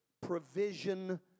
provision